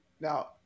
Now